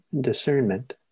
discernment